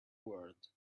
world